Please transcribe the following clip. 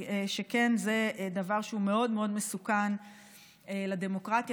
שכן זה דבר שהוא מאוד מאוד מסוכן לדמוקרטיה,